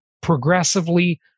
progressively